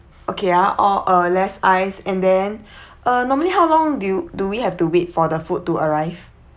okay ya all uh less ice and then uh normally how long do you do we have to wait for the food to arrive